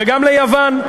וגם ליוון,